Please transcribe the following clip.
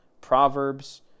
Proverbs